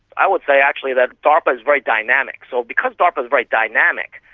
i would say actually that darpa is very dynamic. so because darpa is very dynamic,